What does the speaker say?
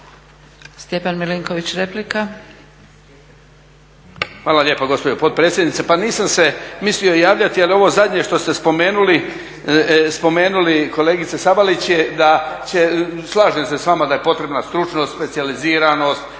Stjepan Milinković, replika.